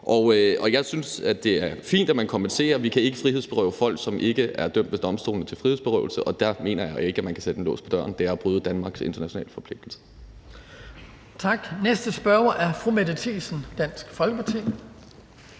og jeg synes, det er fint, at man kompenserer. Vi kan ikke frihedsberøve folk, som ikke er dømt ved domstolene til frihedsberøvelse, og der mener jeg jo ikke, at man kan sætte lås på døren. Det er at bryde Danmarks internationale forpligtelser.